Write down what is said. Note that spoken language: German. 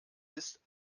ist